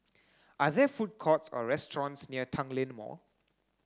are there food courts or restaurants near Tanglin Mall